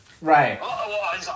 Right